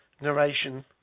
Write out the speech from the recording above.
narration